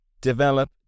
Develop